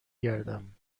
گردم